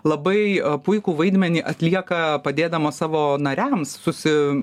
labai puikų vaidmenį atlieka padėdamos savo nariams sui